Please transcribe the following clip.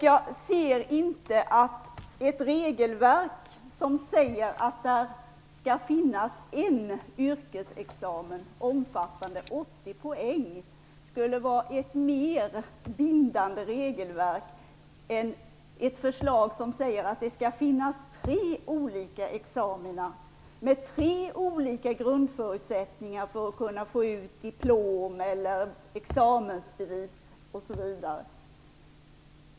Jag anser inte att ett regelverk som säger att det skall finnas en yrkesexamen omfattande 80 poäng skulle vara ett mer bindande regelverk än ett förslag som säger att det skall finnas tre olika examina med tre olika grundförutsättningar för att kunna få ut diplom eller examensbevis.